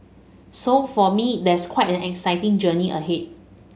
so for me there's quite an exciting journey ahead